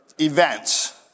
events